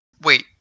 wait